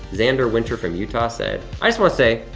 xander winter from utah said, i just wanna say,